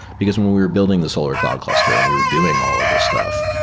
because when we're building the solar cloud cluster and we were doing all of the stuff,